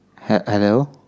Hello